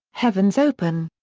heaven's open.